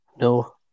No